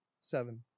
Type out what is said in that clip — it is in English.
seven